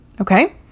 Okay